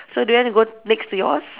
so do you want to go next to yours